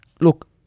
look